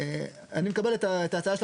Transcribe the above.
אני מקבל את ההצעה שלכם,